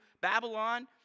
Babylon